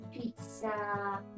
pizza